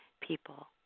people